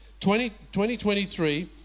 2023